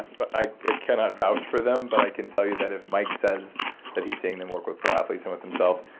but i i cannot vouch for them, but i can tell you that if mike says that he's seeing them work with pro athletes and with himself,